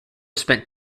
spent